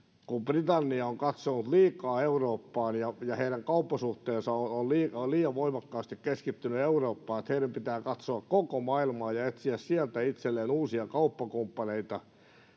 britannia on katsonut liikaa eurooppaan ja ja heidän kauppasuhteensa on liian voimakkaasti keskittynyt eurooppaan ja että heidän pitää katsoa koko maailmaa ja etsiä sieltä itselleen uusia kauppakumppaneita